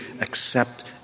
accept